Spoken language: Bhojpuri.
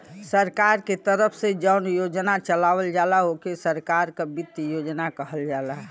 सरकार के तरफ से जौन योजना चलावल जाला ओके सरकार क वित्त योजना कहल जाला